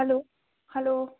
hello hello